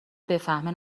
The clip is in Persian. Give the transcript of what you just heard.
بفهمه